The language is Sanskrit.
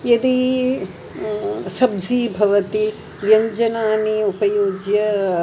यदि सब्ज़ि भवति व्यञ्जनानि उपयुज्य